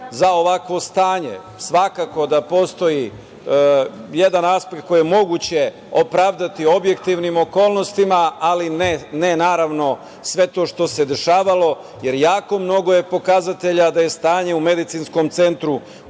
za ovakvo stanje? Svakako da postoji jedan aspekt koji je moguće opravdati objektivnim okolnostima, ali ne sve to što se dešavalo, jer je jako mnogo pokazatelja da je stanje u medicinskom centru